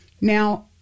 Now